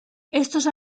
aquests